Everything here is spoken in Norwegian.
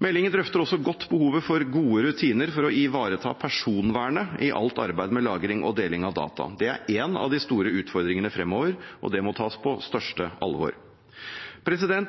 Meldingen drøfter også godt behovet for gode rutiner for å ivareta personvernet i alt arbeid med lagring og deling av data. Det er en av de store utfordringene fremover, og det må tas på største alvor. En